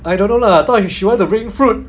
I don't know lah I thought you she want to bring fruit